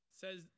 says